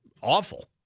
awful